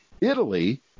Italy